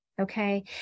okay